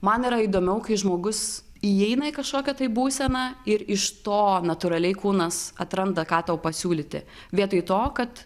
man yra įdomiau kai žmogus įeina į kažkokią tai būseną ir iš to natūraliai kūnas atranda ką tau pasiūlyti vietoj to kad